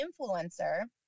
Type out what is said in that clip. influencer